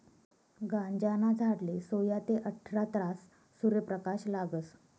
गांजाना झाडले सोया ते आठरा तास सूर्यप्रकाश लागस